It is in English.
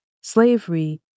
slavery